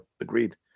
agreed